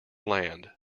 land